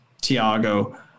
Tiago